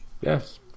yes